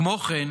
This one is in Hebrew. כמו כן,